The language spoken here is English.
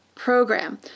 program